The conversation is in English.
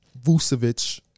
Vucevic